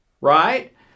right